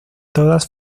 todas